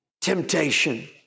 temptation